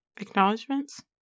Acknowledgements